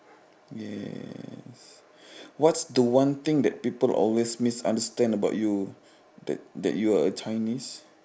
yes what's the one thing that people always misunderstand about you that that you are a chinese